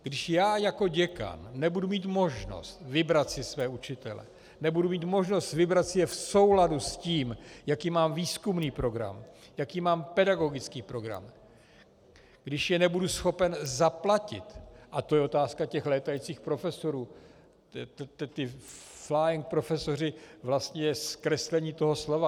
Když já jako děkan nebudu mít možnost vybrat si své učitele, nebudu mít možnost vybrat si je v souladu s tím, jaký mám výzkumný program, jaký mám pedagogický program, když je nebudu schopen zaplatit, a to je otázka těch létajících profesorů, ti flying profesoři, vlastně je to zkreslení toho slova.